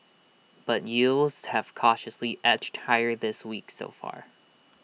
but yields have cautiously edged higher this week so far